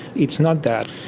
it's not that.